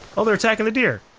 oh they're attacking the deer.